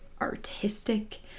artistic